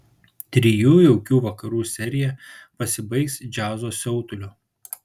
trijų jaukių vakarų serija pasibaigs džiazo siautuliu